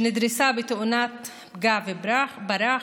שנדרסה בתאונת פגע וברח,